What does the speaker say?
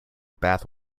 bath